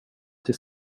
till